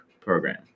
program